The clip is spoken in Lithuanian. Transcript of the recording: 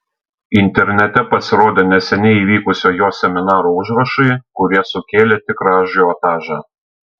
internete pasirodė neseniai įvykusio jo seminaro užrašai kurie sukėlė tikrą ažiotažą